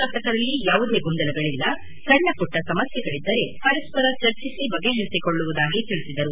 ಶಾಸಕರಲ್ಲಿ ಯಾವುದೇ ಗೊಂದಲಗಳಲ್ಲ ಸಣ್ಣಮಟ್ಟ ಸಮಸ್ಥೆಗಳದ್ದರೆ ಪರಸ್ಪರ ಚರ್ಚಿಸಿ ಬಗೆಪರಿಸಿಕೊಳ್ಳುವುದಾಗಿ ತಿಳಿಸಿದರು